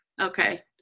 Okay